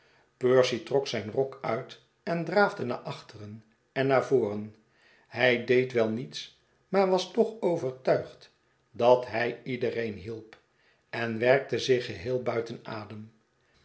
percy trok zijn rok uit en draafde naar achteren en naar voren hij deed wel niets maar was toeh overtuigd dat hij iedereen hielp en werkte zich geheel buiten adem